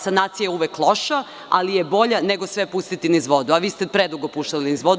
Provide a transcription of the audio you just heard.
Sanacija je uvek loša, ali je bolja nego sve pustiti niz vodu, a vi ste predugo puštali niz vodu.